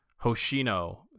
Hoshino